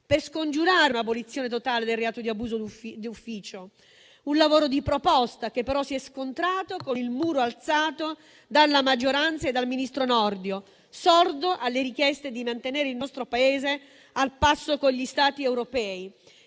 per scongiurare un'abolizione totale del reato di abuso d'ufficio; un lavoro di proposta che, però, si è scontrato con il muro alzato dalla maggioranza e dal ministro Nordio, sordo alle richieste di mantenere il nostro Paese al passo con gli Stati europei,